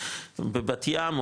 בבת ים,